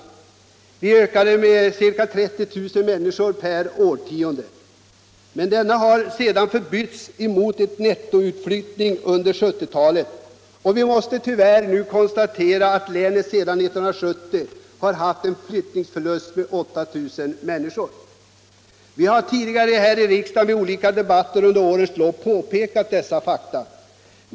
Befolkningen ökade med omkring 30 000 per årtionde. Men denna ökning har sedan förbytts i en nettoutflyttning under 1970-talet, och vi måste nu tyvärr konstatera att länet sedan 1970 har haft en flyttningsförlust på 8 000 personer. Vi har tidigare i riksdagens olika debatter under årens lopp påpekat dessa fakta.